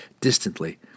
distantly